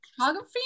photography